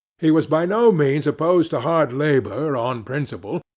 he was by no means opposed to hard labour on principle,